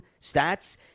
stats